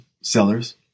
sellers